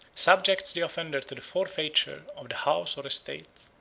subjects the offender to the forfeiture of the house or estate,